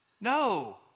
No